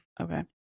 Okay